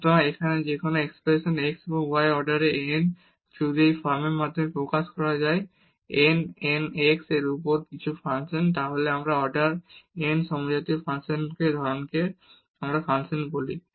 সুতরাং এখানে যেকোনো এক্সপ্রেশন x এবং y অর্ডারে n যদি এই ফর্মের মাধ্যমে প্রকাশ করা যায় যে x power n n x এর উপর y এর কিছু ফাংশন তাহলে আমরা অর্ডার n এর সমজাতীয় ফাংশনকে এই ধরনের ফাংশন বলি